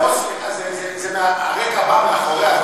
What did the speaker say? הרקע בא מאחוריה,